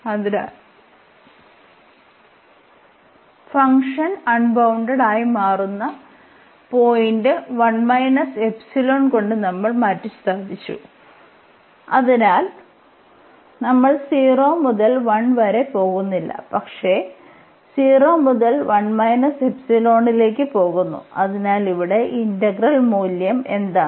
അതിനാൽ function unbounded ആയി മാറുന്ന പോയിന്റ് 1 ϵ കൊണ്ട് നമ്മൾ മാറ്റിസ്ഥാപിച്ചു അതിനാൽ നമ്മൾ 0 മുതൽ 1 വരെ പോകുന്നില്ല പക്ഷേ 0 മുതൽ ലേക്ക് പോകുന്നു അതിനാൽ ഇവിടെ ഈ ഇന്റഗ്രൽ മൂല്യം എന്താണ്